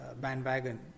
bandwagon